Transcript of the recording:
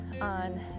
on